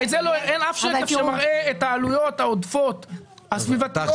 אין אף שקף שמראה את העלויות העודפות הסביבתיות.